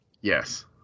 Yes